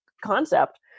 concept